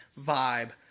vibe